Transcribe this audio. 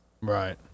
Right